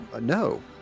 No